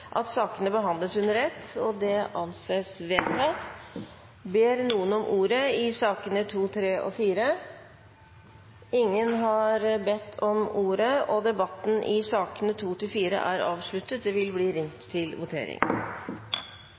at sakene behandles under ett. – Det anses vedtatt. Ingen har bedt om ordet til sakene nr. 2–4. Etter at det var ringt til votering,